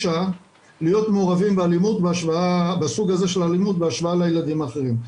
להיות מעורבים בסוג הזה של אלימות בהשוואה לילדים האחרים.